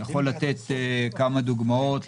אני יכול לתת כמה דוגמאות.